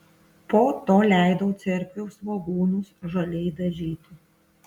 po to leidau cerkvių svogūnus žaliai dažyti